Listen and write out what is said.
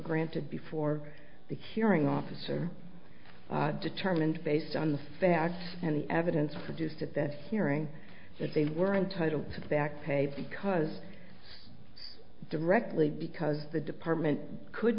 granted before the hearing officer determined based on the facts and the evidence produced at that hearing that they weren't title for the backpay because directly because the department could